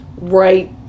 right